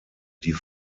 die